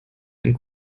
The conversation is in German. einen